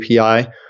API